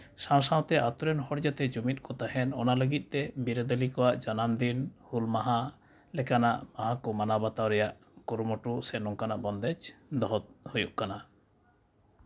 ᱥᱟᱶ ᱥᱟᱶᱛᱮ ᱟᱹᱛᱩ ᱨᱮᱱ ᱦᱚᱲ ᱡᱟᱛᱮ ᱡᱩᱢᱤᱫ ᱠᱚ ᱛᱟᱦᱮᱱ ᱚᱱᱟ ᱞᱟᱹᱜᱤᱫ ᱛᱮ ᱵᱤᱨᱟᱹᱫᱟᱞᱤ ᱠᱚᱣᱟᱜ ᱡᱟᱱᱟᱢ ᱫᱤᱱ ᱦᱩᱞ ᱢᱟᱦᱟ ᱞᱮᱠᱟᱱᱟᱜ ᱢᱟᱦᱟ ᱠᱚ ᱢᱟᱱᱟᱣ ᱵᱟᱛᱟᱣ ᱨᱮᱱᱟᱜ ᱠᱩᱨᱩᱢᱩᱴᱩ ᱥᱮ ᱱᱚᱝᱠᱟᱱᱟᱜ ᱵᱚᱱᱫᱮᱡᱽ ᱫᱚᱦᱚ ᱦᱩᱭᱩᱜ ᱠᱟᱱᱟ